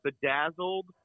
bedazzled